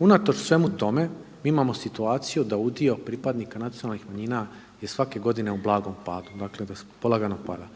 Unatoč svemu tome mi imamo situaciju da udio pripadnika nacionalnih manjina je svake godine u blagom padu, dakle da polagano pada.